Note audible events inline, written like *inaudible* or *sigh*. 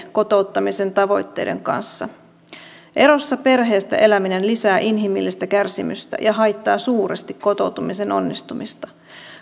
*unintelligible* kotouttamisen tavoitteiden kanssa perheestä erossa eläminen lisää inhimillistä kärsimystä ja haittaa suuresti kotoutumisen onnistumista